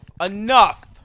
Enough